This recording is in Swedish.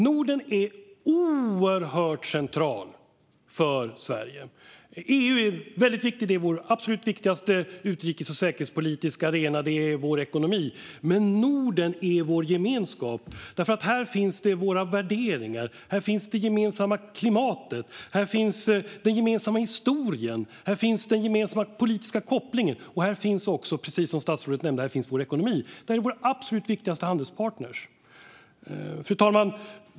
Norden är oerhört centralt för Sverige. EU är väldigt viktigt - det är vår absolut viktigaste utrikes och säkerhetspolitiska arena och vår ekonomi. Men Norden är vår gemenskap. Här finns våra värderingar. Här finns det gemensamma klimatet. Här finns den gemensamma historien. Här finns den gemensamma politiska kopplingen. Och här finns också, precis som statsrådet nämnde, vår ekonomi. Det här är våra absolut viktigaste handelspartner. Fru talman!